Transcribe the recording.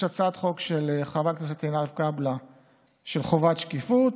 יש הצעת חוק של חברת הכנסת עינב קאבלה של חובת שקיפות.